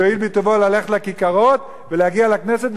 שיואיל בטובו ללכת לכיכרות ולהגיע לכנסת,